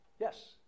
Yes